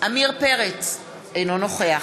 עמיר פרץ, אינו נוכח